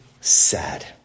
sad